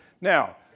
Now